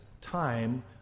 time